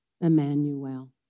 Emmanuel